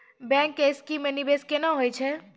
Bank के scheme मे निवेश केना होय छै?